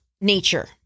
nature